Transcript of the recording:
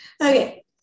okay